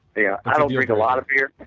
yeah i don't drink a lot of beer.